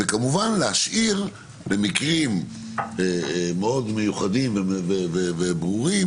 וכמובן להשאיר במקרים מאוד מיוחדים וברורים